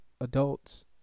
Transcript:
adults